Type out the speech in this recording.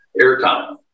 airtime